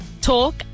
talk